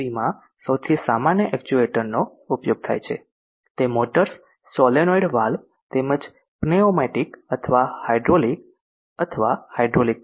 માં સૌથી સામાન્ય એક્ચ્યુએટરનો ઉપયોગ થાય છે તે મોટર્સ સોલેનોઇડ વાલ્વ તેમજ પ્નેઓમેટીક અથવા હાઇડ્રોલિક અને અથવા હાઇડ્રોલિક છે